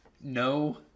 no